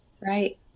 Right